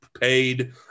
paid